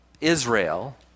Israel